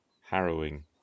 harrowing